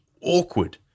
awkward